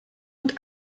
und